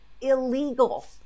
illegal